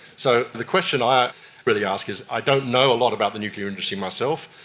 so the question i really ask is, i don't know a lot about the nuclear industry myself.